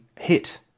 hit